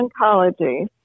oncology